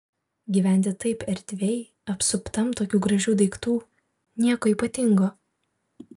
gyventi taip erdviai apsuptam tokių gražių daiktų nieko ypatingo